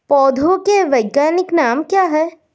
पौधों के वैज्ञानिक नाम क्या हैं?